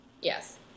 Yes